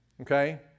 okay